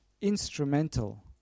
instrumental